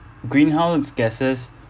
greenhouse gases